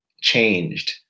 changed